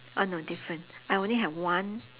uh no different I only have one